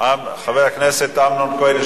חבר הכנסת אמנון כהן.